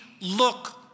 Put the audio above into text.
look